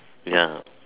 ya